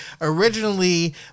originally